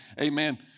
Amen